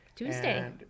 Tuesday